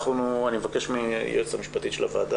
אני מבקש מהיועצת המשפטית של הוועדה